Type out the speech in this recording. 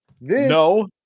no